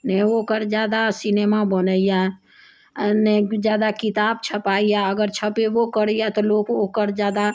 नहि ओकर जादा सिनेमा बनैया नहि जादा किताब छपाइया अगर छपेबो करैया तऽ लोक ओकर जादा